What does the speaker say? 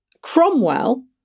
Cromwell